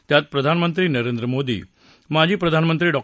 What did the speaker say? त्यात प्रधानमंत्री नरेंद्र मोदी माजी प्रधानमंत्री डॉ